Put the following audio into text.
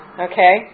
Okay